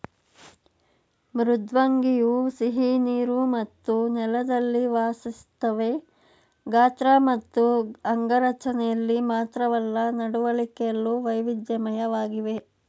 ಮೃದ್ವಂಗಿಯು ಸಿಹಿನೀರು ಮತ್ತು ನೆಲದಲ್ಲಿ ವಾಸಿಸ್ತವೆ ಗಾತ್ರ ಮತ್ತು ಅಂಗರಚನೆಲಿ ಮಾತ್ರವಲ್ಲ ನಡವಳಿಕೆಲು ವೈವಿಧ್ಯಮಯವಾಗಿವೆ